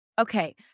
Okay